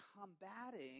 combating